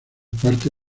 parte